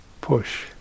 push